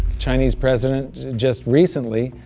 chinese president just recently,